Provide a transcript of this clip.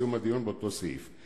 בסיום הדיון באותו סעיף.